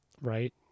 Right